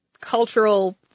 cultural